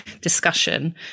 discussion